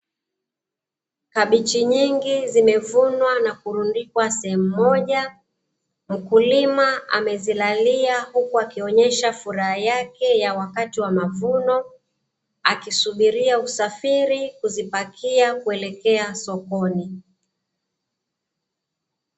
Kabichi nyingi zimevunwa na kurundikwa sehemu moja, mkulima amezilalia huku akionyesha furaha yake ya wakati wa mavuno, akisubiria usafiri kuzipakia kuelekea sokoni.